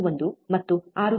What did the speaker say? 1 ಮತ್ತು 6